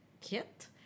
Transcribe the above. kit